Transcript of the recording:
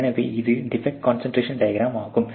எனவே இதுவே defect concentration diagram ஆகும்